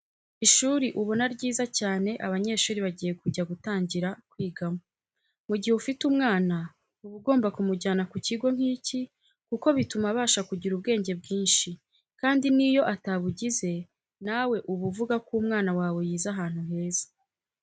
Ishuri ubona ryiza cyane abanyeshuri bagiye kujya gutangira kwigamo. Mu gihe ufite umwana uba ugomba kumujyana ku kigo nk'iki kuko bituma abasha kugira ubwenge bwinshi kandi niyo atabugize nawe uba uvuga ko umwana wawe yize ahantu heza.